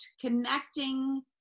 connecting